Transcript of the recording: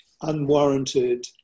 unwarranted